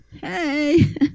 Hey